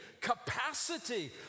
capacity